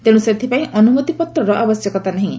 ତେଣ୍ର ସେଥିପାଇଁ ଅନ୍ତମତି ପତ୍ରର ଆବଶ୍ୟକତା ନାହିଁ